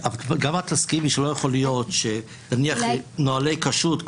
גם את תסכימי שלא יכול להיות שנוהלי כשרות,